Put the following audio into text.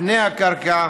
פני הקרקע